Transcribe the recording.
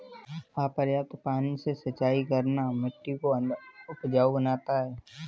अपर्याप्त पानी से सिंचाई करना मिट्टी को अनउपजाऊ बनाता है